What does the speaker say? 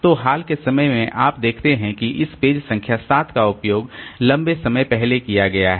तो हाल के समय में आप देखते हैं कि इस पेज संख्या 7 का उपयोग लंबे समय पहले किया गया है